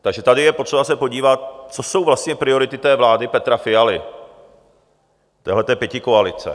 Takže tady je potřeba se podívat, co jsou vlastně priority té vlády Petra Fialy, téhleté pětikoalice.